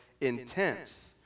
intense